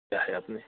क्या है आपने